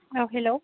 औ हेल'